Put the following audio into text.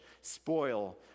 spoil